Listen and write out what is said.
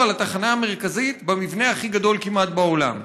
על התחנה המרכזית במבנה הכי גדול בעולם כמעט.